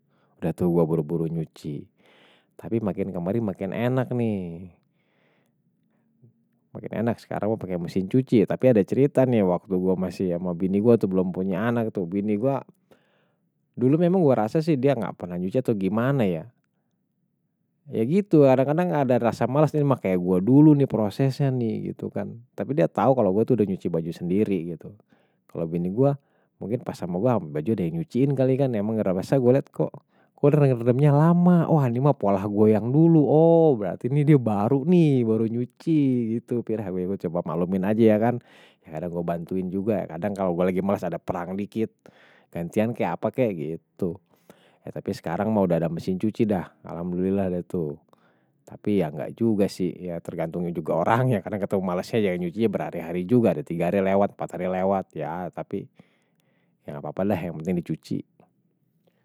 Udah tuh gue buru-buru nyuci, tapi makin kemare makin enak nih, makin enak. Sekarang gue pake mesin cuci. Tapi ada cerita nih waktu gue masih sama bini gue tuh belum punya anak tuh, bini gue dulu memang gue rasa sih dia gak pernah cuci atau gimana ya. Ya gitu, kadang-kadang gak ada rasa malas nih, makanya gue dulu nih prosesnya nih, gitu kan. Tapi dia tau kalau gue tuh udah cuci baju sendiri gitu. Kalau bini gue, mungkin pas sama gue, baju ada yang cuciin kali kan. Ya emang ngerapasah gue liat kok, kok udah ngeredemnya lama, wah ini mah pola gue yang dulu, oh berarti ini dia baru nih, baru nyuci gitu. Pira-pira gue coba malumin aja ya kan. Kadang gue bantuin juga, kadang kalau gue lagi malas ada perang dikit, gantian kayak apa kayak gitu. Ya tapi sekarang mau udah ada mesin cuci dah, alhamdulillah deh tuh. Tapi ya gak juga sih, ya tergantung juga orang ya, kadang ketemu malasnya jangan cucinya berhari-hari juga, ada tiga hari lewat, empat hari lewat ya. Tapi ya apa-apalah, yang penting di cuci.